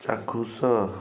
ଚାକ୍ଷୁଷ